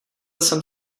jsem